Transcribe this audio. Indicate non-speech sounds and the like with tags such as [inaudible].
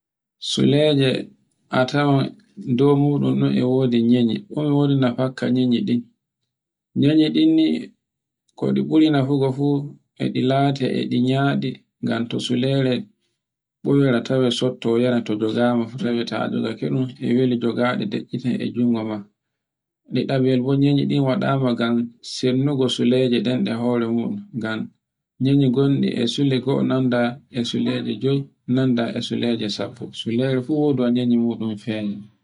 Suleje a tawan domu ɗun e wodi nanye, ɗume wodi nafakka nanye din, nanye ɗin ni koɗi ɓuri nafugo fu e ɗi late e ɗe nyaɗe, ngan to sulere ɓuyrotare softoyana to jogama, [noise] e weli jogande de'iiten e jungo ma. Ɗiɗabel bo nanye ɗin waɗama ngam sirnugo, suleje ɗen ɗe hore muɗun ngam nanye gonɗi e sule go nanda e suleje joy, [noise] nanda e suleje sappo. sulere fu wodu nanyu muɗum. [noise]